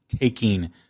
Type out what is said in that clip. taking